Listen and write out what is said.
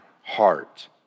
heart